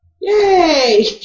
Yay